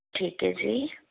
ਠੀਕ ਹੈ ਜੀ